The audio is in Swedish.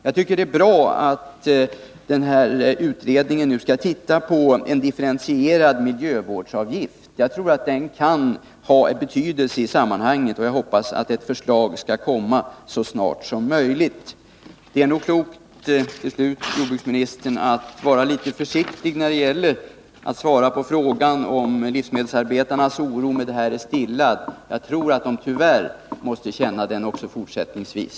Jag tycker att det är bra att den utredning som nämnts skall se över frågan om en differentierad miljövårdsavgift. Jag anser att resultatet kan ha stor betydelse i detta sammanhang, och jag hoppas att ett förslag skall komma att framläggas så snart som möjligt. Jag vill till slut, herr jordbruksminister, säga att det nog är klokt att vara litet försiktig när det gäller att svara på frågan om livsmedelsarbetarnas oro är stillad med det här. Jag tror att de tyvärr måste känna den oron också fortsättningsvis.